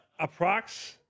Approx